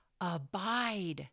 abide